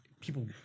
people